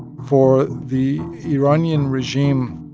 for the iranian regime,